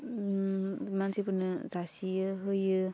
उम मानसिफोरनो जासियो होयो